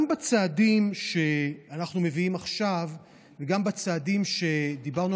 גם בצעדים שאנחנו מביאים עכשיו וגם בצעדים שדיברנו